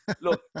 look